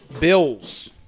Bills